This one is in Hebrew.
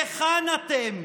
היכן אתם?